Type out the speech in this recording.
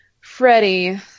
Freddie